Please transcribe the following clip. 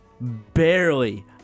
barely